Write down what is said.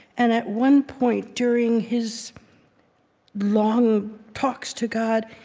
and at one point, during his long talks to god,